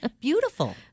Beautiful